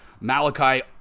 malachi